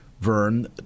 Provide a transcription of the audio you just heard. Vern